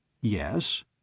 Yes